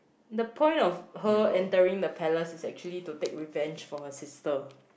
the point of her entering the palace is actually to take revenge for her sister